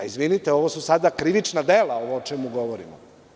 Izvinite, ovo su sada krivična dela o čemu govorimo.